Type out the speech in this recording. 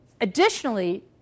Additionally